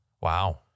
Wow